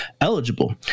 eligible